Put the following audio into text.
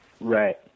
Right